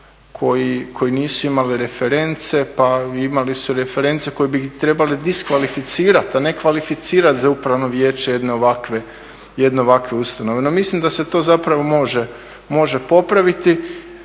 koji nisu imali reference. Pa imali su reference koje bi ih trebale diskvalificirati, a ne kvalificirat za upravno vijeće jedne ovakve ustanove. No, mislim da se to zapravo može popraviti.